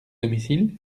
domicile